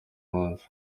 munsi